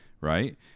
right